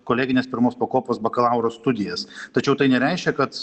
kolegines pirmos pakopos bakalauro studijas tačiau tai nereiškia kad